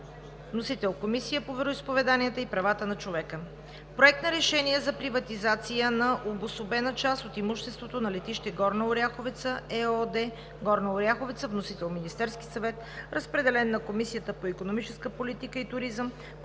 Вносител е Комисията по вероизповеданията и правата на човека. Проект на решение за приватизация на обособена част от имуществото на „Летище Горна Оряховица“ ЕООД – Горна Оряховица. Вносител е Министерският съвет. Разпределен е на Комисията по икономическа политика и туризъм,